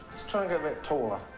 try a bit taller.